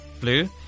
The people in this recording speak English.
blue